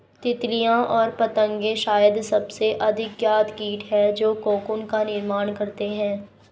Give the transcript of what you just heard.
तितलियाँ और पतंगे शायद सबसे अधिक ज्ञात कीट हैं जो कोकून का निर्माण करते हैं